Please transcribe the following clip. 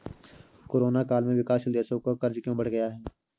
Corona काल में विकासशील देशों का कर्ज क्यों बढ़ गया है?